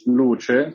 luce